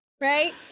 Right